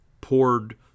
poured